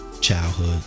Childhood